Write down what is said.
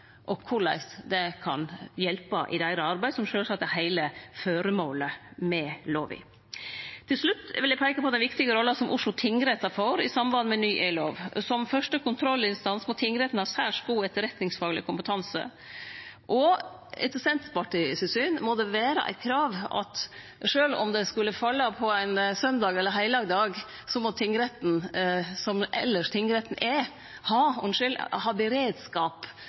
og korleis det kan hjelpe i deira arbeid, som sjølvsagt er heile føremålet med lova. Til slutt vil eg peike på den viktige rolla som Oslo tingrett får i samband med ny e-lov. Som første kontrollinstans må tingretten ha særs god etterretningsfagleg kompetanse, og etter Senterpartiet sitt syn må det vere eit krav at sjølv om det skulle falle på ein søndag eller ein heilagdag, må tingretten, som tingretten elles har, ha beredskap